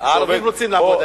הערבים רוצים לעבוד.